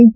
S